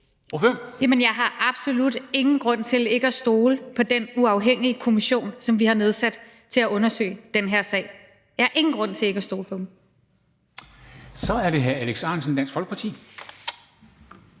jeg har absolut ingen grund til ikke at stole på den uafhængige kommission, som vi har nedsat til at undersøge den her sag. Jeg har ingen grund til ikke at stole på dem. Kl. 14:07 Formanden (Henrik